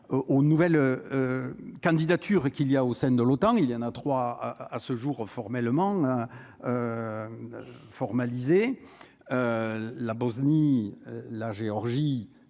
aux nouvelles candidatures qu'il y a au sein de l'OTAN, il y en a trois à ce jour formellement formaliser la Bosnie, la Géorgie